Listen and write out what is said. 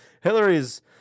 Hillary's